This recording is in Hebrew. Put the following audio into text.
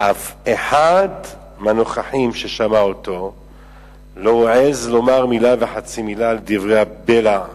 אף אחד מהנוכחים ששמע אותו לא העז לומר מלה וחצי מלה על דברי הבלע.